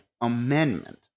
Amendment